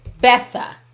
Betha